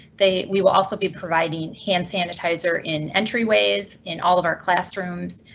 they we will also be providing hand sanitizer in entryways in all of our classrooms.